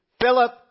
Philip